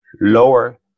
lower